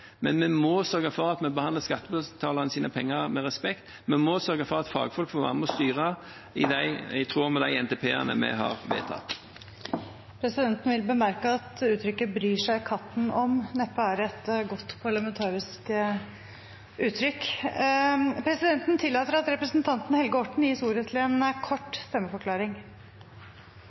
men vi må sørge for at vi behandler skattebetalernes penger med respekt. Vi må sørge for at fagfolk får være med og styre, i tråd med de NTP-ene vi har vedtatt. Presidenten vil bemerke at uttrykket «bryr seg katten om» neppe er et godt parlamentarisk uttrykk. Presidenten tillater at representanten Helge Orten gis ordet til en kort stemmeforklaring.